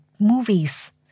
movies